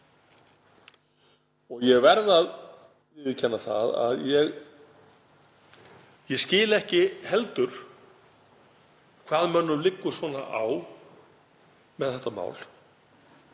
Ég verð að viðurkenna að ég skil ekki heldur hvað mönnum liggur svona á með þetta mál